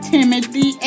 Timothy